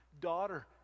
daughter